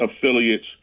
affiliates